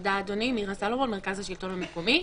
בבקשה.